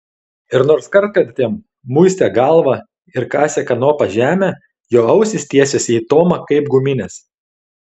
ir nors kartkartėm muistė galvą ir kasė kanopa žemę jo ausys tiesėsi į tomą kaip guminės